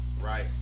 Right